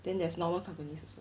then there's normal companies also